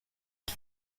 ich